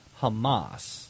Hamas